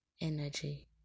energy